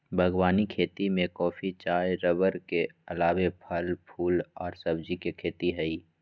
बागवानी खेती में कॉफी, चाय रबड़ के अलावे फल, फूल आर सब्जी के खेती हई